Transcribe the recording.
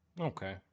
Okay